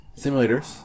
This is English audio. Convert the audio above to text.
Simulators